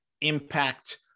impact